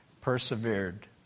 persevered